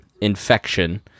infection